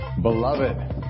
Beloved